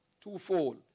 Twofold